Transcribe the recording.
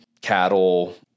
cattle